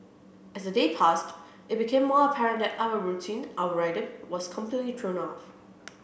as the days passed it became more apparent that our routine our rhythm was completely thrown off